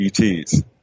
ETs